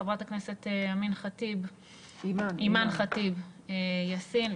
חברת הכנסת אימאן ח'טיב יאסין.